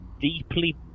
deeply